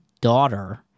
daughter